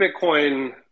Bitcoin